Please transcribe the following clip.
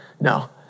No